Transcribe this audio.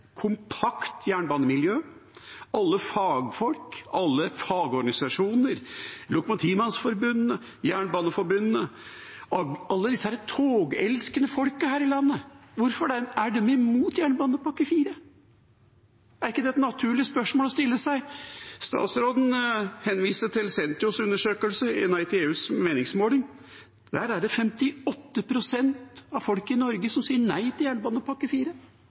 kompakt jernbanemiljø, alle fagfolk, alle fagorganisasjoner, Lokomotivmannsforbundet, Jernbaneforbundet – alle disse togelskende folkene her i landet – imot jernbanepakke IV? Er ikke det et naturlig spørsmål å stille seg? Statsråden henviste til Sentios undersøkelse i Nei til EUs meningsmåling. Der er det 58 pst. av folk i Norge som sier nei til jernbanepakke